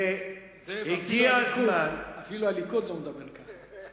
זאב, אפילו הליכוד לא מדבר כך.